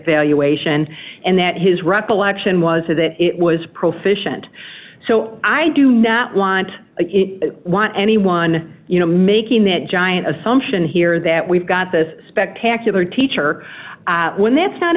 valuation and that his recollection was that it was proficient so i do not want want anyone making that giant assumption here that we've got this spectacular teacher when that's not